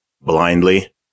blindly